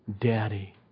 Daddy